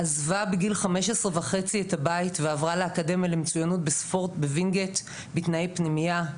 עזבה בגיל 15.5 את הבית ועברה לאקדמיה למצוינות בוינגייט בתנאי פנימייה,